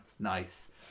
Nice